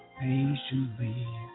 patiently